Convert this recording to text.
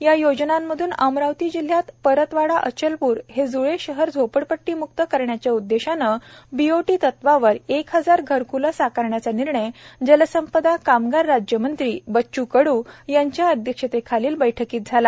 या योजनांतून अमरावति जिल्ह्यातील परतवाडा अचलपूर हे जूळे शहर झोपडपट्टीमुक्त करण्याच्या उद्देशाने बीओटी तत्वावर एक हजार घरक्ले साकारण्याचा निर्णय जलसंपदा कामगार राज्यमंत्री बच्च् कडू यांच्या अध्यक्षतेखालील बैठकीत झाला